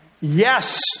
Yes